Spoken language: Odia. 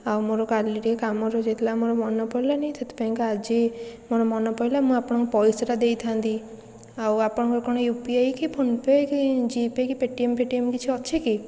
ଆଉ ମୋର କାଲି ଟିକିଏ କାମ ରହିଯାଇଥିଲା ମନେ ପଡ଼ିଲାନି ସେଥିପାଇଁକା ଆଜି ମୋର ମନେ ପଡ଼ିଲା ମୁଁ ଆପଣଙ୍କ ପଇସାଟା ଦେଇଥାନ୍ତି ଆଉ ଆପଣଙ୍କର କ'ଣ ୟୁ ପି ଆଇ କି ଫୋନ୍ ପେ' କି ଜି ପେ' କି ପେଟିଏମ୍ ଫେଟିଏମ୍ କିଛି ଅଛି କି